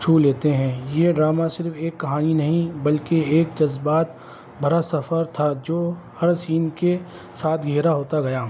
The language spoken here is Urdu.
چھو لیتے ہیں یہ ڈرامہ صرف ایک کہانی نہیں بلکہ ایک جذبات بھرا سفر تھا جو ہر سین کے ساتھ گہرا ہوتا گیا